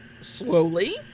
slowly